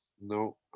no